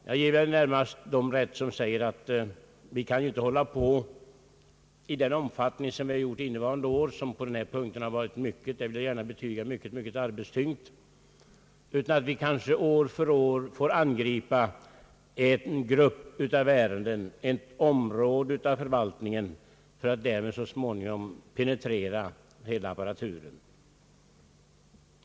Jag ger närmast dem rätt som säger, att vi inte kan hålla på i den omfattning som skett under innevarande år, då den här sessionen, det vill jag gärna betona, varit ytterst arbetstyngd, utan att vi kanske år för år får angripa en viss grupp av ärenden, ett visst område av förvaltningen, för att på det sättet så småningom penetrera hela apparaturen.